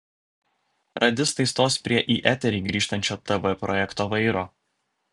radistai stos prie į eterį grįžtančio tv projekto vairo